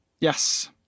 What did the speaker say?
Yes